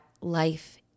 life